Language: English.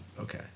Okay